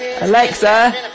Alexa